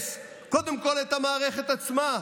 לגייס קודם כול את המערכת עצמה,